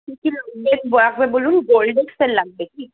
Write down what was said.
কী কী লাগবে আরেকবার বলুন গোল্ডেক্সের লাগবে কি